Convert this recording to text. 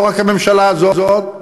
לא רק הממשלה הזאת,